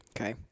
okay